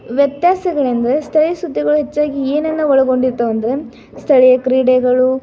ವ್ಯತ್ಯಾಸಗಳೆಂದರೆ ಸ್ಥಳೀಯ ಸುದ್ದಿಗಳು ಹೆಚ್ಚಾಗಿ ಏನನ್ನು ಒಳಗೊಂಡಿರ್ತವೆ ಅಂದರೆ ಸ್ಥಳೀಯ ಕ್ರೀಡೆಗಳು